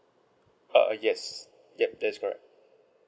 ah yes yup that is correct